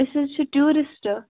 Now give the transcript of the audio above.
أسۍ حظ چھِ ٹیوٗرسٹ